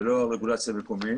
ולא על רגולציה מקומית,